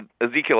Ezekiel